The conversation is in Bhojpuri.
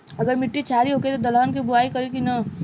अगर मिट्टी क्षारीय होखे त दलहन के बुआई करी की न?